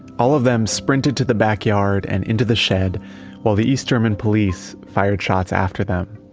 all of them sprinted to the backyard and into the shed while the east german police fired shots after them.